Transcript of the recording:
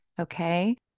Okay